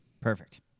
Perfect